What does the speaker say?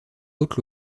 haute